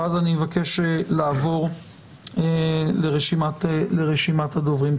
ואז אני אבקש לעבור לרשימת הדוברים.